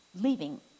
leaving